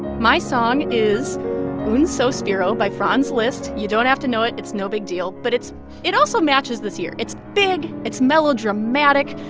my song is un sospiro by franz liszt. you don't have to know it. it's no big deal. but it's it also matches this year. it's big, it's melodramatic,